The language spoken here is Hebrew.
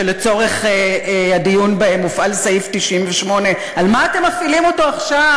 ולצורך הדיון בהם הופעל סעיף 98. על מה אתם מפעילים אותו עכשיו?